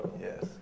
Yes